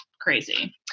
crazy